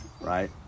right